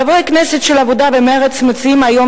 חברי הכנסת של העבודה ומרצ מציעים היום